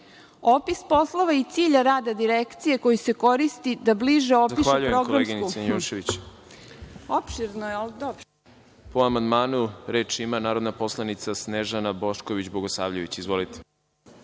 Opis poslova i cilj rada direkcije koji se koristi da više opiše programsku